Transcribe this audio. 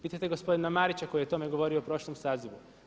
Pitajte gospodina Marića koji je o tome govorio u prošlom sazivu.